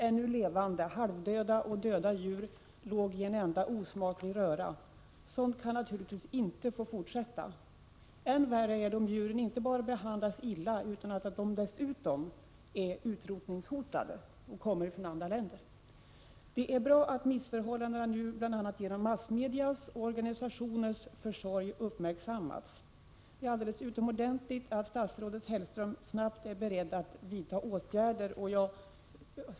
Ännu levande, halvdöda och döda djur låg i en enda osmaklig röra. Sådant kan naturligtvis inte få fortsätta. Än värre är det att djuren inte bara behandlas illa, utan att det kan röra sig om utrotningshotade djurarter. Jag tycker det är bra att missförhållandena nu bl.a. genom massmedias och olika organisationers försorg uppmärksammats. Det är alldeles utomordentligt att statsrådet Hellström är beredd att snabbt vidta åtgärder.